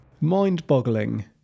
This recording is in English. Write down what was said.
Mind-boggling